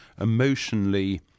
emotionally